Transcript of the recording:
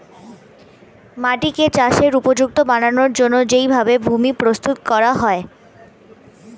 মাটিকে চাষের উপযুক্ত বানানোর জন্যে যেই ভাবে ভূমি প্রস্তুত করা হয়